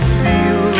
feel